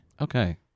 Okay